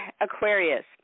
Aquarius